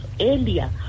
earlier